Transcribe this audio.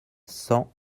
cent